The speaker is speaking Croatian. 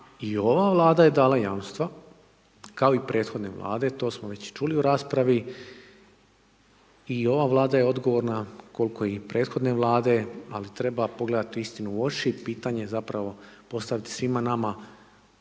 I ova vlada je dala jamstva, kao i prethodne vlade, to smo već čuli u raspravi i ova vlada je odgovorna koliko i prethodne vlade, ali treba pogledati istinu u oči i pitanje zapravo postaviti svima nama,